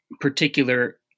particular –